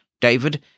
David